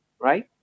right